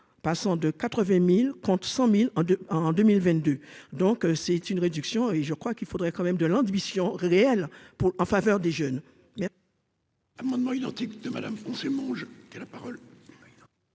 passant de 80000 35000 en 2 ans en 2022, donc c'est une réduction et je crois qu'il faudrait quand même de l'ambition réelle pour en faveur des jeunes.